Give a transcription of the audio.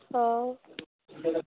ओ